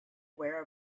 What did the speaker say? aware